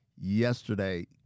Yesterday